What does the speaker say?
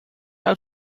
out